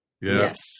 Yes